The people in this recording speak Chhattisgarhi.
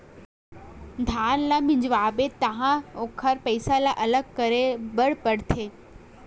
धान ल मिंजवाबे तहाँ ओखर पैरा ल अलग करे बर परथे